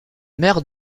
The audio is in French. mère